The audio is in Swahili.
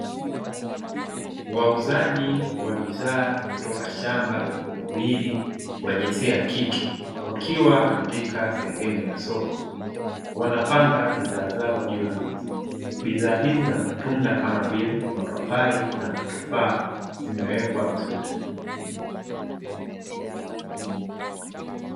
Wauzaji wa bidhaa kutoka shamba wawili wa jinsia ya kike, wakiwa katika sehemu ya soko, wanapanga bidhaa zao juu ya meza bidhaa hizi za matunda kama vile mapapai na matofaa zimewekwa vizuri.